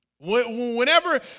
Whenever